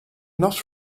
not